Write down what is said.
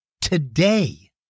today